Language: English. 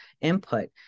input